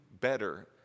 better